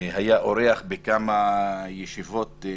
היה אורח בכמה ישיבות.